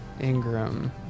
Ingram